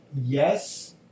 yes